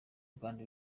rwanda